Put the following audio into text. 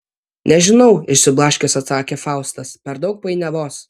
nežinau išsiblaškęs atsakė faustas per daug painiavos